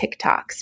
TikToks